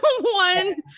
one